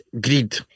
greed